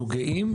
אנחנו גאים.